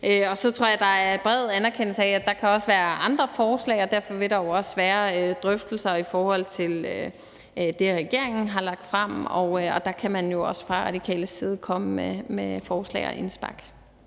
Så tror jeg, at der bredt er en anerkendelse af, at der også kan være andre forslag. Derfor vil der jo også være drøftelser i forhold til det, regeringen har lagt frem, og der kan man jo også fra Radikales side komme med forslag og indspark.